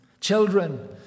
Children